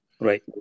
Right